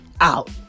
out